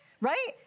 Right